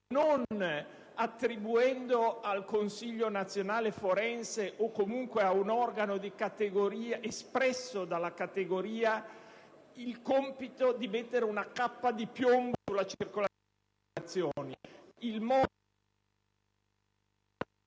non attribuendo al Consiglio nazionale forense o comunque ad un organo espresso dalla categoria il compito di mettere una cappa di piombo sulla circolazione delle informazioni. Il modo